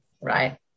right